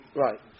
right